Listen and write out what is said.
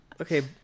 Okay